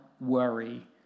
worry